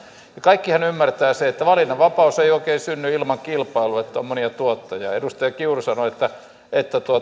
kaikkihan ymmärtävät sen että valinnanvapaus ei oikein synny ilman kilpailua niin että on monia tuottajia edustaja kiuru sanoi että että